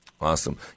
Awesome